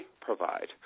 provide